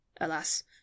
Alas